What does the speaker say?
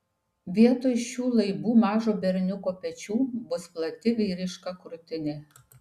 vietoj šių laibų mažo berniuko pečių bus plati vyriška krūtinė